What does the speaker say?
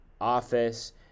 office